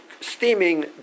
steaming